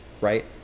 right